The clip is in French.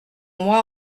moi